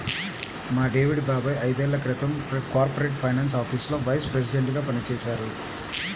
మా డేవిడ్ బాబాయ్ ఐదేళ్ళ క్రితం కార్పొరేట్ ఫైనాన్స్ ఆఫీసులో వైస్ ప్రెసిడెంట్గా పనిజేశారు